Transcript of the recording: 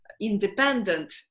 independent